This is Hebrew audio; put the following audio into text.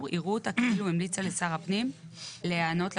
יראו אותה כאילו המליצה לשר הפנים להיענות לבקשה,